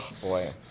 boy